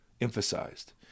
emphasized